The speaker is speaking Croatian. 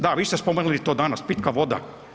Da, vi ste spomenuli to danas pitka voda.